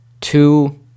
two